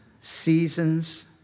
seasons